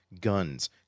guns